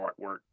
artwork